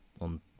on